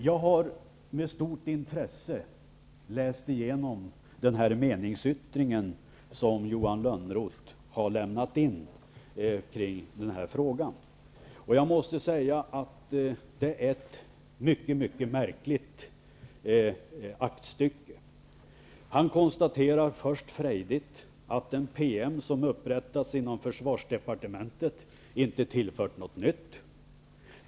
Jag har med stort intresse läst igenom den meningsyttring kring denna fråga som Johan Lönnroth står bakom. Jag måste säga att det är ett mycket märkligt aktstycke. Han konstaterar först frejdigt att den PM som upprättats inom försvarsdepartementet inte har tillfört någonting nytt.